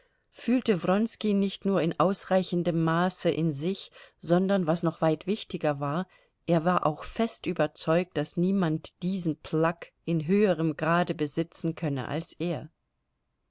fühlte wronski nicht nur in ausreichendem maße in sich sondern was noch weit wichtiger war er war auch fest überzeugt daß niemand diesen pluck in höherem grade besitzen könne als er